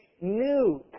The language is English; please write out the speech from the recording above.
new